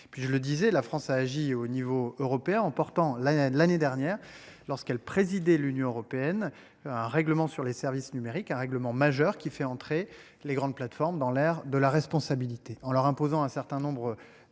puis je le disais, la France a agit au niveau européen en portant là l'année dernière lorsqu'elle présidait l'Union européenne un règlement sur les services numériques, un règlement majeur qui fait entrer les grandes plateformes dans l'air de la responsabilité en leur imposant un certain nombre